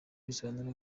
bisobanura